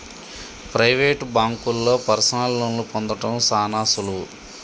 private బాంకుల్లో personal లోన్లు పొందడం సాన సులువు